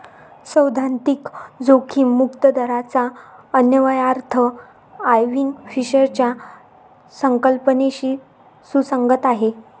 सैद्धांतिक जोखीम मुक्त दराचा अन्वयार्थ आयर्विंग फिशरच्या संकल्पनेशी सुसंगत आहे